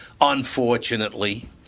Unfortunately